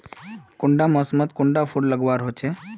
कुंडा मोसमोत कुंडा फुल लगवार होछै?